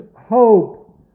hope